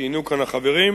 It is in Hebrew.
כפי שציינו כאן החברים,